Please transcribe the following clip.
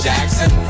Jackson